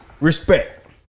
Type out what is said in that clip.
Respect